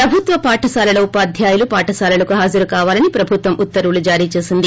ప్రభుత్వ పాఠశాలల ఉపాధ్యాయులు పాఠశాలలకు హాజరుకావాలని ప్రభుత్వం ఉత్తర్వులు జారీ చేసింది